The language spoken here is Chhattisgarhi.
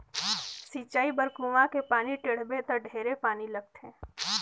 सिंचई बर कुआँ के पानी टेंड़बे त ढेरे पानी लगथे